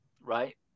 Right